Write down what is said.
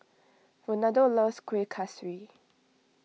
Ronaldo loves Kuih Kaswi